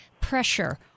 pressure